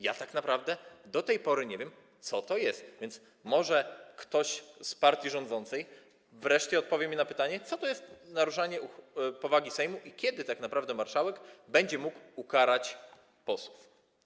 Ja tak naprawdę do tej pory nie wiem, co to jest, więc może ktoś z partii rządzącej wreszcie odpowie mi na pytanie, co to jest naruszanie powagi Sejmu i kiedy tak naprawdę marszałek będzie mógł ukarać posłów.